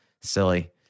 silly